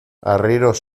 arrieros